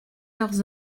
leurs